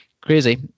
Crazy